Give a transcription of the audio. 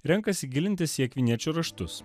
renkasi gilintis į akviniečio raštus